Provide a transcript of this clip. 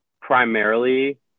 primarily